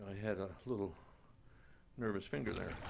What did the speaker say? had a little nervous finger there.